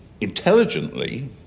intelligently